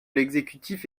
l’exécutif